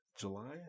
July